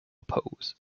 oppose